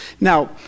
Now